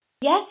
Yes